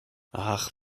ach